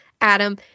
Adam